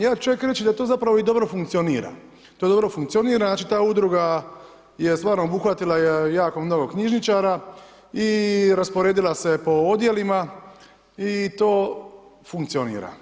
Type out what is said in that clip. Ja ću čak reći da to zapravo i dobro funkcionira, to dobro funkcionira, znači da udruga je stvarno obuhvatila jako mnogo knjižničara i rasporedila se po odjelima i to funkcionira.